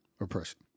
Oppression